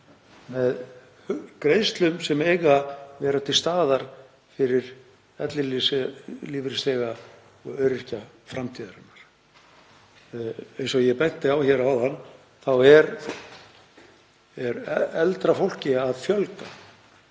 með greiðslum sem eiga vera til staðar fyrir ellilífeyrisþega og öryrkja framtíðarinnar. Eins og ég benti á hér áðan er eldra fólki að fjölga